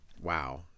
Wow